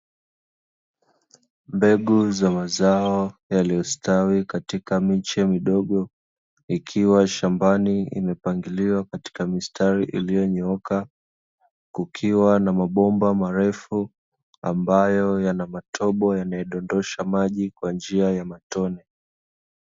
Mbegu za mazao yaliyostawi katika miche midogo, ikiwa shambani imepangiliwa katika mistari iliyoyooka, kukiwa na mabomba marefu ambayo yana matobo ambayo yanadondosha maji kwa njia ya matone.